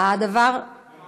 הוועדה למעמד האישה.